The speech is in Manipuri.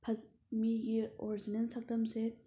ꯃꯤꯒꯤ ꯑꯣꯔꯖꯤꯅꯦꯜ ꯁꯛꯇꯝꯁꯦ